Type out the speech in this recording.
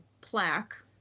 plaque